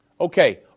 Okay